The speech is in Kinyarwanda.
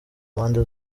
mpande